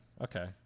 Okay